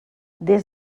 des